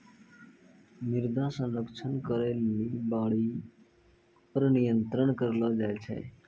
मृदा संरक्षण करै लेली बाढ़ि पर नियंत्रण करलो जाय छै